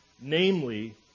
namely